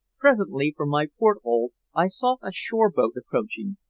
presently from my port-hole i saw a shore-boat approaching,